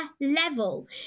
level